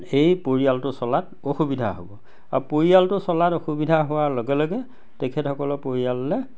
এই পৰিয়ালটো চলাত অসুবিধা হ'ব আৰু পৰিয়ালটো চলাত অসুবিধা হোৱাৰ লগে লগে তেখেতসকলৰ পৰিয়াললে